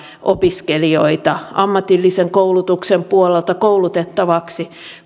opiskelijoita ammatillisen koulutuksen puolelta koulutettaviksi